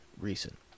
recent